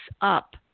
up